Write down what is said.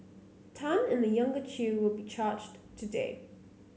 Tan and the younger Chew will be charged today